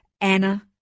Anna